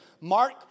mark